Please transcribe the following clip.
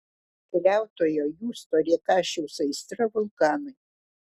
keliautojo justo rėkašiaus aistra vulkanai